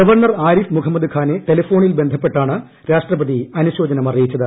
governor Arif Mohammad ഖാനെ ടെലഫോണിൽ ബന്ധപ്പെട്ടാണ് രാഷ്ട്രപതി അനുശോചനം അറിയിച്ചത്